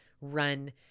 run